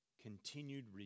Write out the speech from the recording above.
continued